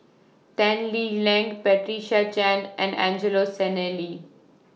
Tan Lee Leng Patricia Chan and Angelo Sanelli